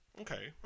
Okay